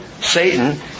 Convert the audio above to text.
Satan